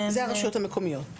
זה ברשויות המקומיות.